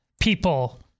people